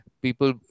people